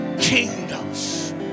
kingdoms